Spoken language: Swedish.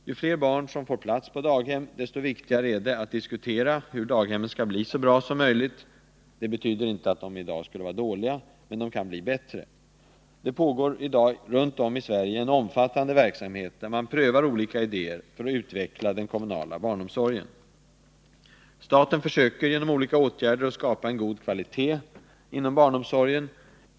Ju fler barn som får plats på daghem, desto viktigare är det att diskutera hur daghemmen skall kunna bli så bra som möjligt. Det betyder inte att de i dag skulle vara dåliga, men de kan bli bättre. Det pågår i dag runt om i Sverige en omfattande verksamhet där man prövar olika idéer för att utveckla den kommunala barnomsorgen. Staten försöker genom olika åtgärder att skapa en god kvalitet på barnomsorgen.